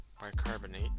bicarbonate